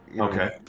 okay